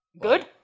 Good